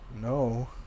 No